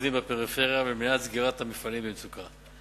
עובדים בפריפריה ולמניעת סגירת מפעלים במצוקה.